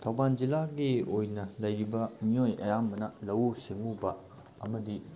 ꯊꯧꯕꯥꯜ ꯖꯤꯜꯂꯥꯒꯤ ꯑꯣꯏꯅ ꯂꯩꯔꯤꯕ ꯃꯤꯑꯣꯏ ꯑꯌꯥꯝꯕꯅ ꯂꯧꯎ ꯁꯤꯡꯉꯎꯕ ꯑꯃꯗꯤ